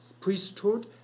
priesthood